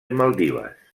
maldives